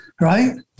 right